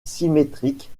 symétriques